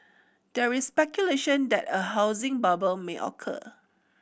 there is speculation that a housing bubble may occur